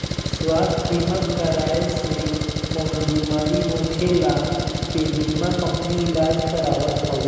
स्वास्थ्य बीमा कराए से कवनो बेमारी होखला पे बीमा कंपनी इलाज करावत हवे